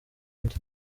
undi